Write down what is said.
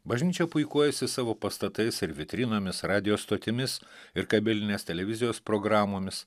bažnyčia puikuojasi savo pastatais ir vitrinomis radijo stotimis ir kabelinės televizijos programomis